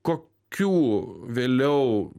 kokių vėliau